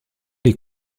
est